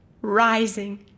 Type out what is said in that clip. rising